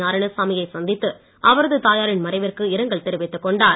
நாராயணசாமி யை சந்தித்து அவரது தாயாரின் மறைவிற்கு இரங்கல் தெரிவித்துக்கொண்டார்